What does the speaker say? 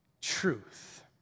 truth